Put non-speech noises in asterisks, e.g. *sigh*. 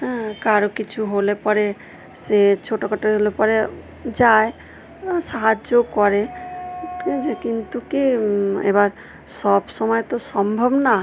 হ্যাঁ কারও কিছু হলে পরে সে ছোটো খাটো হলে পরে যায় *unintelligible* সাহায্যও করে ঠিক আছে কিন্তু কী এবার সবসময় তো সম্ভব না